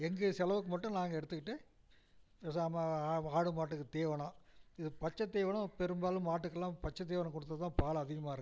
எங்கள் செலவுக்கு மட்டும் நாங்கள் எடுத்துக்கிட்டு பேசாமல் ஆ ஆடு மாட்டுக்கு தீவனம் இது பச்சை தீவனம் பெரும்பாலும் மாட்டுக்கெல்லாம் பச்சை தீவனம் கொடுத்தா தான் பால் அதிகமாக இருக்கும்